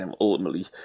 ultimately